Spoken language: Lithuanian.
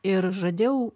ir žadėjau